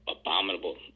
abominable